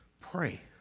Pray